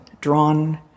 drawn